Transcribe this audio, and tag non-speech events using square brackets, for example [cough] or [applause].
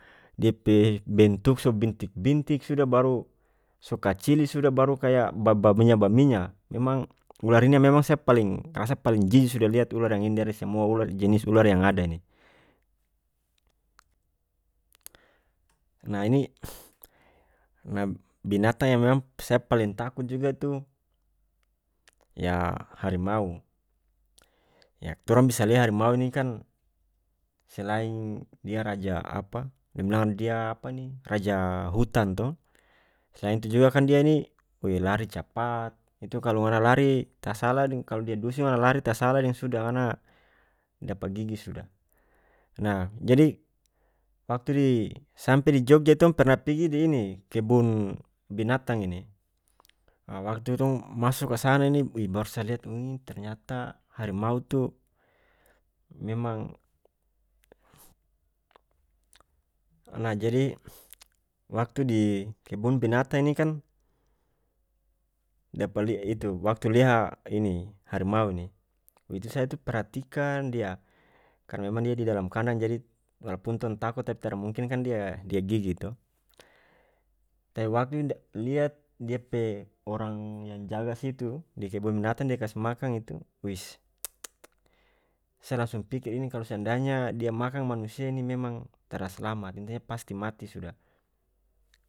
[noise] dia pe bentuk so bintik bintik sudah baru so kacil sudah baru kaya ba-baminya baminya memang ular ini memang saya paling rasa paling jijik sudah lihat ular yang ini dari semua ular jenis ular yang ada ini [noise] nah ini [hesitation] nah [hesitation] binatang yang memang saya paling takut juga itu yah harimau yah torang bisa lihat harimau ini kan selain dia raja apa dong bilang dia apa ini raja hutan to selain itu juga kan dia ini we lari capat itu kalo ngana lari tasalah deng kalo dia dusu ngana lari tasalah deng sudah ngana dapa gigi sudah nah jadi waktu di sampe di jogja tong pernah pigi di ini [hesitation] kebun binatang ini ah waktu tong maso kasana ini baru saya lihat itu ini ternyata harimau tu memang [noise] nah jadi waktu di kebun binatang ini kan dapalia itu waktu lia ini harimau ini itu saya tu perhatikan dia kan dia memang didalam kandang jadi walaupun tong tako tapi tara mungkin kan dia-dia gigi to [unintelligible] waktu [hesitation] liat dia pe orang yang jaga situ di kebun binatang dia kas makan itu wish [noise] saya langsung pikir ini kalu seandainya dia makang manusia ini memang tara slamat ini dia pasti mati sudah.